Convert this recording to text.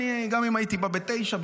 גם אם הייתי בא ב-21:00,